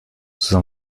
sous